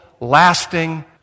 lasting